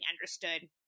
understood